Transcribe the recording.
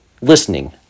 listening